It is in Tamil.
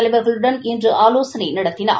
தலைவர்களுடன் இன்று ஆலோசனை நடத்தினார்